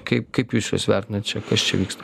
kaip kaip jūs juos vertinat čia kas čia vyksta